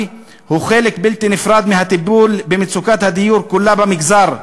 הוא חלק בלתי נפרד מהטיפול במצוקת הדיור כולה במגזר,